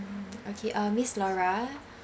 okay uh miss laura